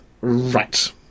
right